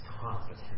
confidence